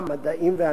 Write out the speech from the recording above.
מדעים ואנגלית,